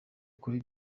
kuri